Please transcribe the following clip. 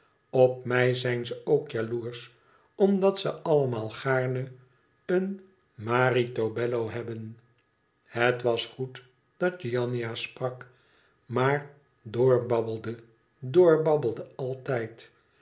op mij zijn ze ook jaloersch omdat ze allemaal gaarne un marito bello hebben het was goed dat giannina sprak maar doorbabbelde doorbabbelde altijd